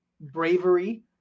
bravery